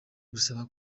gusaba